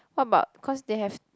what about cause they have